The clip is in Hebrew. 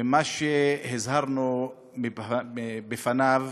ומה שהזהרנו מפניו,